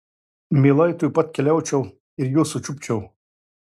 mielai tuoj pat keliaučiau ir juos sučiupčiau